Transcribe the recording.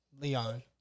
Leon